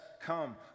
come